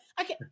Okay